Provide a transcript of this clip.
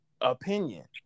opinion